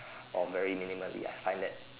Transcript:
or very minimally I find that